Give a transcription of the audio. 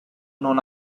non